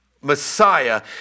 Messiah